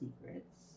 secrets